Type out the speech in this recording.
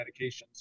medications